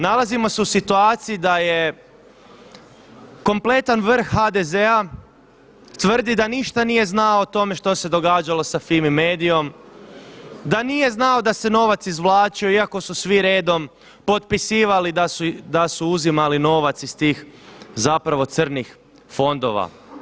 Nalazimo se u situaciji da kompletan vrh HDZ-a tvrdi da ništa nije znao o tome što se događalo sa FIMI MEDIJOM, da nije znao da se novac izvlačio iako su svi redom potpisivali da su uzimali novac iz tih zapravo crnih fondova.